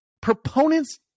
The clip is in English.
proponents